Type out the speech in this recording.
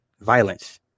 Violence